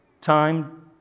time